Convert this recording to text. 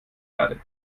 erde